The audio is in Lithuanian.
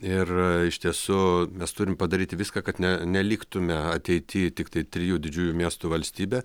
ir iš tiesų mes turim padaryti viską kad ne ne neliktume ateity tiktai trijų didžiųjų miestų valstybe